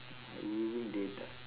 I using data